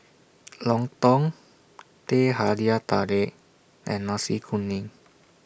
Lontong Teh Halia Tarik and Nasi Kuning